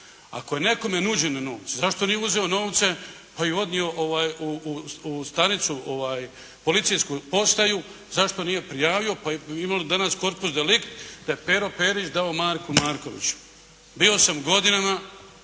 Ako je nekome nuđeno novci, zašto nije uzeo novce pa ih odnio u stanicu policijsku postaju, zašto nije prijavio, pa imali danas corpus delict da je Pero Perić dao Marku Markoviću. Bio sam godinama